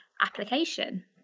application